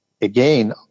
again